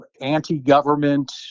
anti-government